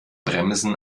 bremsen